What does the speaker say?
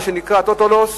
מה שנקרא total loss,